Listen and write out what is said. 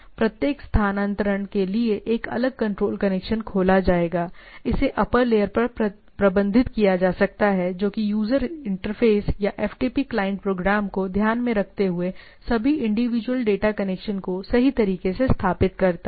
प्रत्येक हस्तांतरण के लिए एक अलग कंट्रोल कनेक्शन खोला जाएगा इसे अप्पर लेवल पर प्रबंधित किया जा सकता है जो कि यूजर इंटरफ़ेस या FTP क्लाइंट प्रोग्राम को ध्यान में रखते हुए सभी इंडिविजुअल डेटा कनेक्शन को सही तरीके से स्थापित करता है